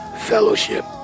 fellowship